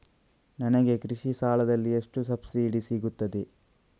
ನನಗೆ ಕೃಷಿ ಸಾಲದಲ್ಲಿ ಎಷ್ಟು ಸಬ್ಸಿಡಿ ಸೀಗುತ್ತದೆ?